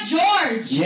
George